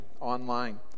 online